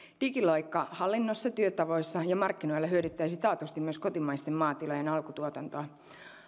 digiloikka hallinnossa työtavoissa ja markkinoilla hyödyttäisi taatusti myös kotimaisten maatilojen alkutuotantoa